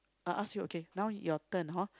I ask you okay now your turn hor